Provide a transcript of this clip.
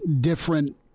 different